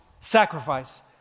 sacrifice